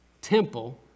temple